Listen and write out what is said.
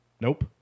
Nope